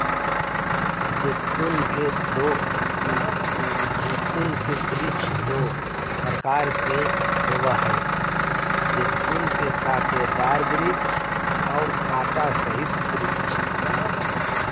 जैतून के वृक्ष दो प्रकार के होवअ हई जैतून के कांटेदार वृक्ष और कांटा रहित वृक्ष